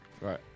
Right